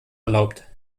erlaubt